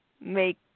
make